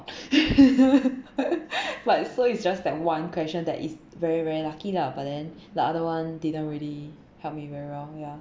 but so it's just that one question that is very very lucky lah but then the other one didn't really help me very well ya